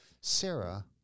Sarah